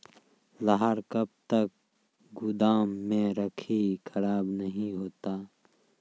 लहार कब तक गुदाम मे रखिए खराब नहीं होता?